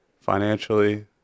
Financially